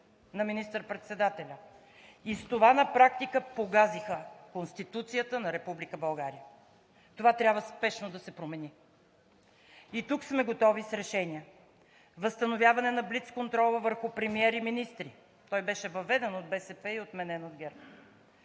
на министър-председателя, и с това на практика погазиха Конституцията на Република България. Това трябва спешно да се промени и тук сме готови с решения: възстановяване на блицконтрола върху премиер и министри – той беше въведен от БСП и отменен от ГЕРБ;